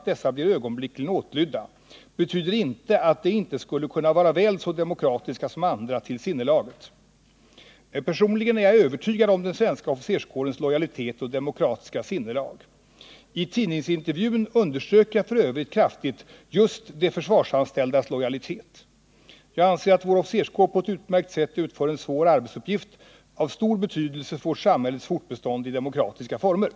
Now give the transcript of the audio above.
De är utbildade för och anpassade till kriget.” Anser statsrådet att den svenska officerskåren inte är representativ för det svenska folket och att den till typ och värderingar avviker från svenskt mönster i allmänhet?